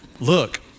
Look